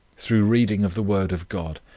through reading of the word of god,